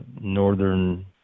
Northern